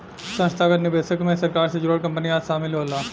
संस्थागत निवेशक मे सरकार से जुड़ल कंपनी आदि शामिल होला